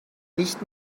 nicht